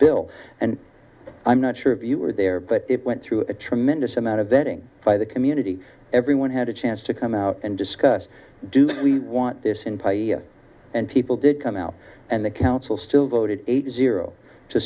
bill and i'm not sure if you were there but it went through a tremendous amount of vetting by the community everyone had a chance to come out and discuss do we want this in pie and people did come out and the council still voted eight zero to